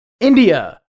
India